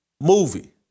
movie